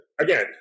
again